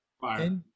Fire